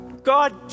God